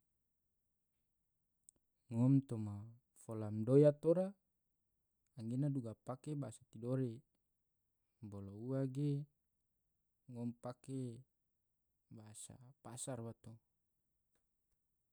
ngom toma fola madoya tora angena duga pake bahasa tidore, bolo uage ngom pake bahasa pasar bato.